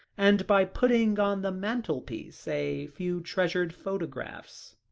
and by putting on the mantelpiece a few treasured photographs.